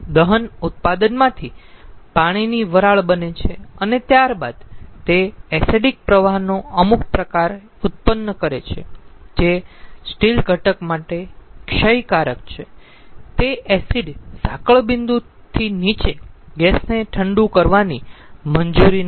દહન ઉત્પાદનમાંથી પાણીની વરાળ બને છે અને ત્યારબાદ તે એસિડિક પ્રવાહીનો અમુક પ્રકાર ઉત્પન્ન કરે છે જે સ્ટીલ ઘટક માટે ક્ષયકારક છે તે એસિડ ઝાકળ બિંદુથી નીચે ગેસને ઠંડું કરવાની મંજૂરી નથી